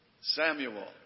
Samuel